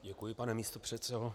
Děkuji, pane místopředsedo.